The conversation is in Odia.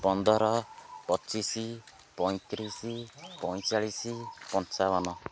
ପନ୍ଦର ପଚିଶି ପଇଁତିରିଶି ପଇଁଚାଳିଶି ପଞ୍ଚାବନ